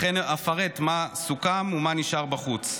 לכן אפרט מה סוכם ומה נשאר בחוץ,